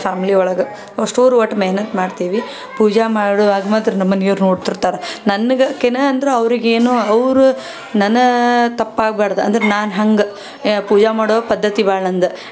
family ಒಳಗೆ ಅಷ್ಟೂರು ಒಟ್ಟು ಮೆಹನತ್ ಮಾಡ್ತೀವಿ ಪೂಜೆ ಮಾಡುವಾಗ ಮಾತ್ರ ನಮ್ಮ ಮನೆಯೋರು ನೋಡ್ತಿರ್ತಾರೆ ನನ್ಗೆ ಓಕೆನಾ ಅಂದ್ರೆ ಅವ್ರಿಗೆ ಏನು ಅವ್ರು ನನ್ನ ತಪ್ಪು ಆಗ್ಬಾರ್ದು ಅಂದ್ರೆ ನಾನು ಹಂಗೆ ಪೂಜೆ ಮಾಡುವ ಪದ್ಧತಿ ಬಾಳ ನಂದು